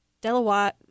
Delaware